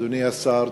אדוני השר,